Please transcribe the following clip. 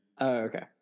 Okay